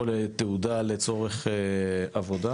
או לתעודה לצורך עבודה